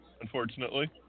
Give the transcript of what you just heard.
Unfortunately